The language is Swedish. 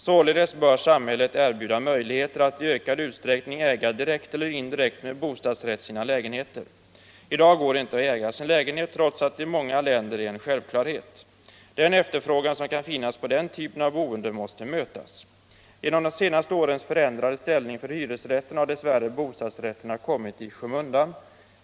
Således bör samhället erbjuda möjligheter för människor att i ökad utsträckning äga, direkt eller indirekt med bostadsrätt, sina lägenheter. I dag går det inte att äga sin lägenhet trots att det i många länder är en självklarhet. Den efterfrågan som kan finnas på den typen av boende måste mötas. Genom det senaste årets förändrade ställning för hyresrätterna har dess värre bostadsrätterna kommit i skymundan.